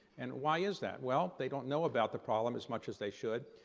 and why is that? well, they don't know about the problem as much as they should.